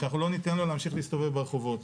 שאנחנו לא ניתן לו להמשיך להסתובב ברחובות.